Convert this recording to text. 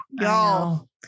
y'all